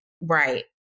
right